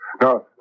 Now